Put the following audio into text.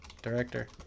director